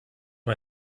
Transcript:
mir